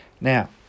Now